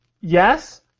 Yes